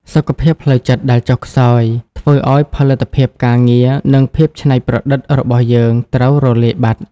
សុខភាពផ្លូវចិត្តដែលចុះខ្សោយ ធ្វើឱ្យផលិតភាពការងារ និងភាពច្នៃប្រឌិតរបស់យើងត្រូវរលាយបាត់។